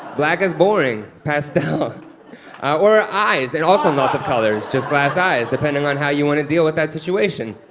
black is boring. pastel. or eyes, and also in lots of colors, just glass eyes, depending on how you want to deal with that situation.